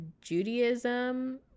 Judaism